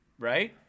Right